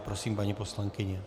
Prosím, paní poslankyně.